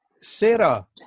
Sarah